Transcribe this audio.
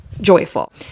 joyful